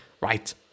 right